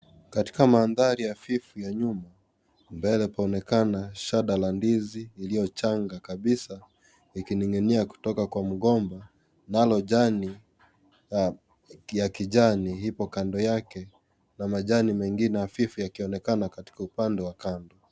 Katika mandhari hafifu ya nyumba. Mbele, paonekana shada la ndizi iliyo changa kabisa ikining'inia kutoka kwa mgomba. Nalo jani, ya kijani ipo kando yake na majani mengine hafifu akionekana katika upande wa kando.